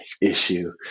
issue